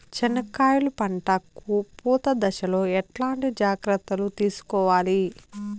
చెనక్కాయలు పంట కు పూత దశలో ఎట్లాంటి జాగ్రత్తలు తీసుకోవాలి?